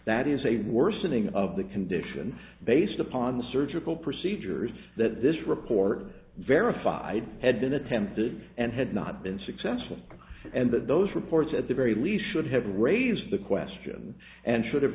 that is a worsening of the condition based upon the surgical procedures that this report verified had been attempted and had not been successful and that those reports at the very least should have raised the question and s